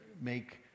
make